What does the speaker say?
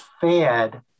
fed